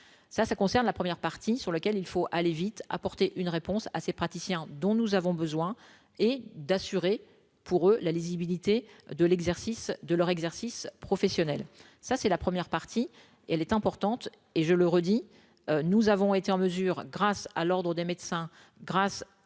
ça ça concerne la première partie, sur lequel il faut aller vite apporter une réponse à ces praticiens dont nous avons besoin et d'assurer, pour eux, la lisibilité de l'exercice de leur exercice professionnel, ça c'est la première partie, et elle est importante et je le redis, nous avons été en mesure grâce à l'Ordre des médecins, grâce